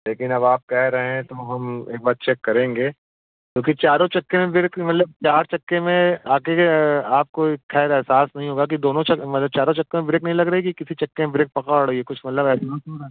लेकिन अब आप कह रहे हैं तो हम एक बार चेक करेंगे क्योंकि चारों चक्के में बेरेक मतलब चार चक्के में आपके ये आपको ख़ैर एहसास नहीं होगा कि दोनों च मतलब चारों चक्के में ब्रेक नहीं लग रही कि किसी चक्के में ब्रेक पकड़ रही है कुछ मतलब